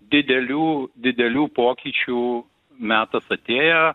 didelių didelių pokyčių metas atėjo